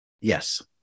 Yes